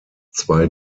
zwei